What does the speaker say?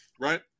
right